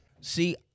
See